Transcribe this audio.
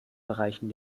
bereichen